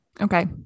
Okay